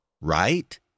right